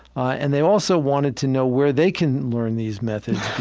and they also wanted to know where they can learn these methods